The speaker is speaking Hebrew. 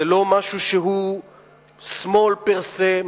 זה לא משהו שהוא שמאל פר סה,